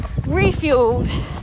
Refueled